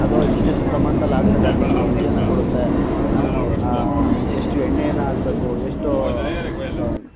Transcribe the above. ಅದು ಎಷ್ಟೆಷ್ಟು ಪ್ರಮಾಣ್ದಲ್ಲಿ ಹಾಕ್ದಾಗ ಅದು ಎಷ್ಟು ರುಚಿಯನ್ನು ಕೊಡುತ್ತೆ ಎಷ್ಟು ಎಣ್ಣೆಯನ್ನು ಹಾಕ್ಬೇಕು ಎಷ್ಟು